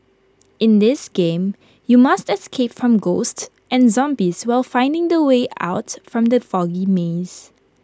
in this game you must escape from ghosts and zombies while finding the way out from the foggy maze